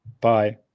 Bye